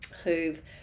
Who've